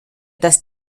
dass